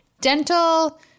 dental